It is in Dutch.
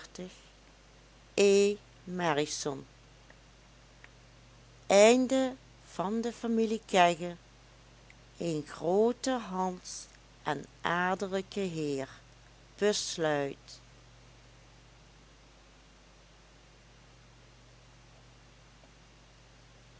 worsteling een grooten hans en adellijken heer